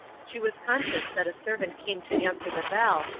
she was conscious that a servant came to answer the bell,